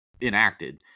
enacted